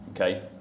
okay